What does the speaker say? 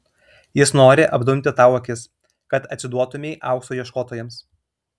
jis nori apdumti tau akis kad atsiduotumei aukso ieškotojams